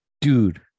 Dude